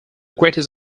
greatest